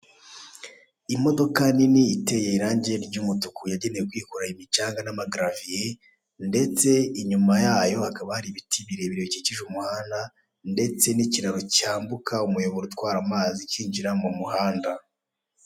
Imodoka nini iteye irange ry'umutuku yagenewe kwikorera imicanga n'amagaviye ndetse inyuma yayo hakaba hari ibiti birebire bikikije umuhanda ndetse n'ikiraro cyambuka umuyoboro utwara amazi kinjira mu muhanda.